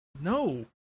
no